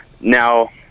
now